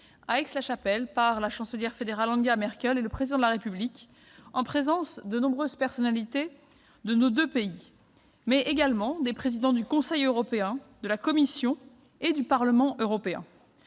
à Aix-la-Chapelle, par la Chancelière fédérale Angela Merkel et par le Président de la République, en présence de nombreuses personnalités de nos deux pays et des présidents du Conseil européen, de la Commission européenne et du Parlement européen.